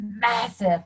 massive